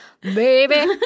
baby